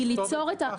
צריך לכתוב את זה.